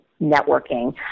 networking